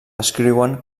descriuen